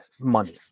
money